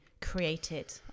created